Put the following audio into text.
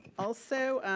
also,